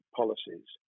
policies